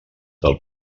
del